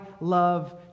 love